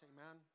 Amen